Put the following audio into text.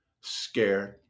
scared